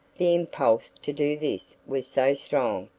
the impulse to do this was so strong,